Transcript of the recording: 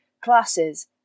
classes